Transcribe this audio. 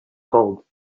gold